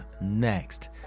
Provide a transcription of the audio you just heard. next